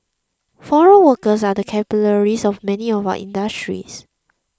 foreign workers are the capillaries of many of our industries